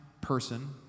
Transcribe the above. person